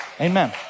amen